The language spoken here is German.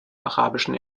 arabischen